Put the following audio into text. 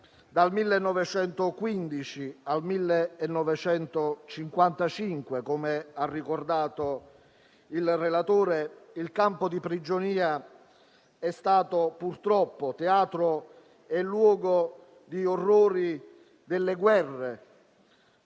Dal 1915 al 1955 - come ha ricordato il relatore - il campo di prigionia è stato purtroppo teatro degli orrori delle guerre